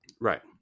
Right